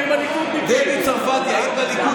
דבי צרפתי, היית בליכוד פעם?